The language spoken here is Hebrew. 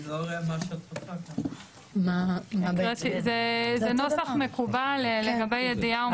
אני לא רואה מה --- זה נוסח מקובל לגבי ידיעה או מסמך.